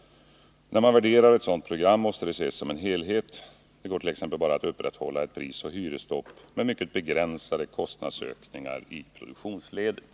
När man värderar ett sådant program måste det ses som en helhet. Det går t.ex. bara att upprätthålla ett prisoch hyresstopp med mycket begränsade kostnadsökningar i produktionsledet.